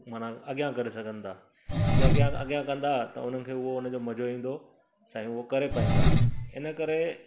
माना अॻियां करे सघनि था जे अॻियां कंदा त हुननि खे उहो हुन जो मज़ो ईंदो साईं उहो करे पाईंदा हिन करे